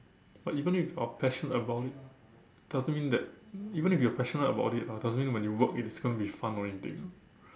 but even if you are passionate about it doesn't mean that even if you are passionate about it ah doesn't mean that when you work it's gonna be fun or anything